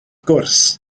gwrs